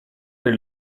per